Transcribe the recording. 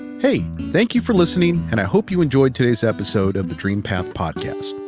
hey, thank you for listening and i hope you enjoyed today's episode of the dreampath podcast.